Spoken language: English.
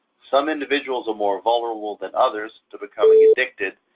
some individuals are more vulnerable than others to becoming addicted,